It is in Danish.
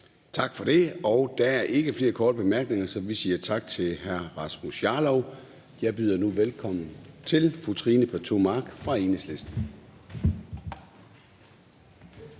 Tak for det. Der er ikke flere korte bemærkninger, så vi siger tak til hr. Rasmus Jarlov. Jeg byder nu velkommen til fru Trine Pertou Mach fra Enhedslisten.